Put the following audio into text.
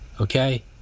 okay